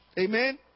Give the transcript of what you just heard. amen